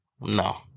No